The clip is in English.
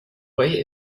way